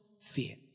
fear